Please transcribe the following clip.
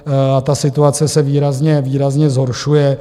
A ta situace se výrazně, výrazně zhoršuje.